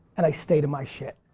and i stay to my shit.